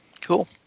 Cool